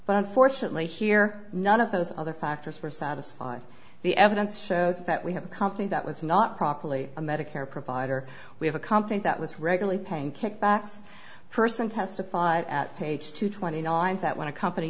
but unfortunately here none of those other factors were satisfied the evidence shows that we have a company that was not properly a medicare provider we have a company that was regularly paying kickbacks person testified at page two twenty ninth that when a company